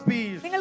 Peace